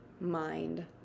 mind